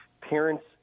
parents